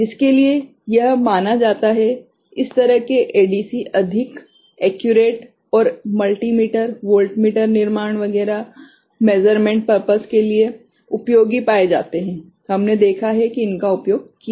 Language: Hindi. जिसके लिए यह माना जाता है इस तरह के एडीसी अधिक सटीक और मल्टीमीटर वोल्टमीटर निर्माण वगैरह माप उद्देश्यों के लिए उपयोगी पाए जाते हैं हमने देखा है कि इनका उपयोग किया जाता है